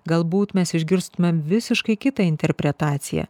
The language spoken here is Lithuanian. galbūt mes išgirstumėm visiškai kitą interpretaciją